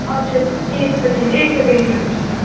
अच्छा एक सेकेन्ड एक सेकेन्ड रुकि जाउ